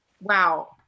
wow